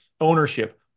ownership